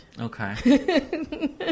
Okay